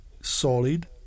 Solid